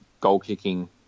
goal-kicking